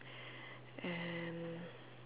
and